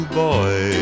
boy